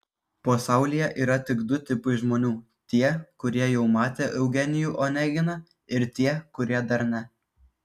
pasaulyje yra tik du tipai žmonių tie kurie jau matė eugenijų oneginą ir tie kurie dar ne